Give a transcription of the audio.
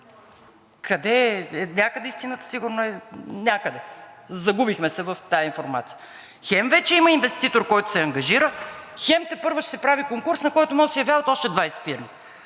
явят всички. Истината сигурно е някъде…загубихме се в тази информация – хем вече има инвеститор, който се ангажира, хем тепърва ще се прави конкурс, на който може да се явяват още 20 фирми?!